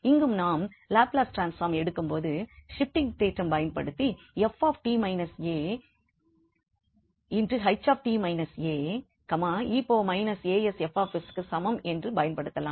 இங்கும் நாம் Laplace transform எடுக்கும் பொழுது ஷிப்ட்டிங் தேற்றம் பயன்படுத்தி𝑓𝑡 − 𝑎𝐻𝑡 − 𝑎 𝑒−𝑎𝑠𝐹𝑠க்கு சமம் என்று பயன்படுத்தலாம்